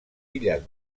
illes